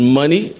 money